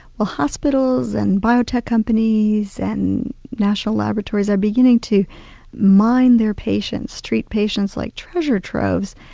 ah hospitals and biotech companies and national laboratories are beginning to mine their patients, treat patients like treasure troves,